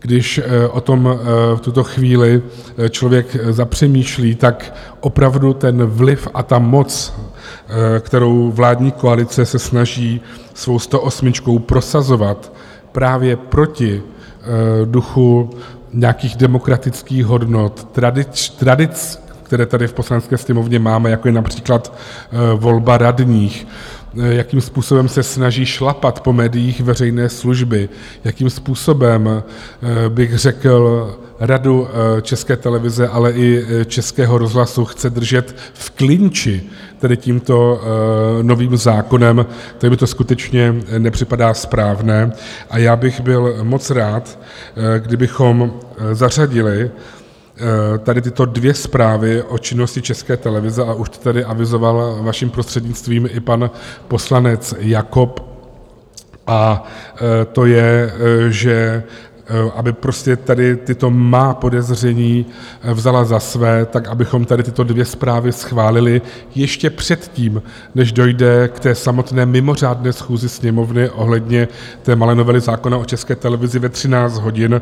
Když o tom v tuto chvíli člověk zapřemýšlí, opravdu vliv a moc, kterou vládní koalice se snaží svou stoosmičkou prosazovat právě proti duchu nějakých demokratických hodnot, tradic, které tady v Poslanecké sněmovně máme, jako je například volba radních, jakým způsobem se snaží šlapat po médiích veřejné služby, jakým způsobem řekl bych Radu České televize, ale i Českého rozhlasu chce držet v klinči, tedy tímto novým zákonem, tak mi to skutečně nepřipadá správné a já bych byl moc rád, kdybychom zařadili tady tyto dvě zprávy o činnosti České televize a už to tady avizoval vaším prostřednictvím i pan poslanec Jakob a to je, že aby tady tato má podezření vzala za své, tak abychom tady tyto dvě zprávy schválili ještě předtím, než dojde k samotné mimořádné schůzi Sněmovny ohledně malé novely zákona o České televizi ve 13 hodin.